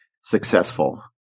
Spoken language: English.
successful